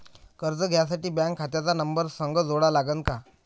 कर्ज घ्यासाठी बँक खात्याचा नंबर संग जोडा लागन का?